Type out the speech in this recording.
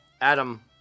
Adam